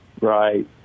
Right